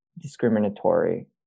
discriminatory